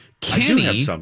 Kenny